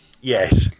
Yes